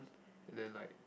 then like